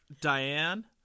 Diane